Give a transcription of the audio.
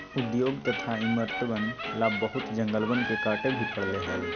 उद्योग तथा इमरतवन ला बहुत जंगलवन के काटे भी पड़ले हल